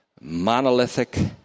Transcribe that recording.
monolithic